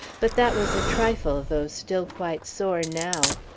but that was a trifle, though still quite sore now.